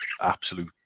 absolute